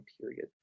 period